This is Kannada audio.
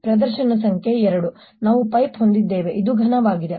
ಪ್ರದರ್ಶನ ಸಂಖ್ಯೆ 2 ನಾವು ಪೈಪ್ ಹೊಂದಿದ್ದೇವೆ ಇದು ಘನವಾಗಿದೆ